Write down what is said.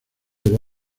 del